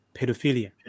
pedophilia